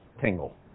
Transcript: tingle